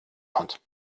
hat